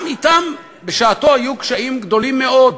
גם אתם בשעתם היו קשיים גדולים מאוד.